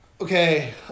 okay